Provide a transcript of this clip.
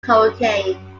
hurricane